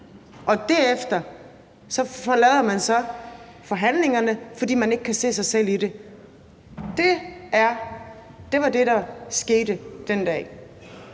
Derefter forlader man så forhandlingerne, fordi man ikke kan se sig selv i det. Det var det, der skete den dag.